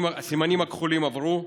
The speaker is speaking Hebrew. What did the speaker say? הסימנים הכחולים עברו,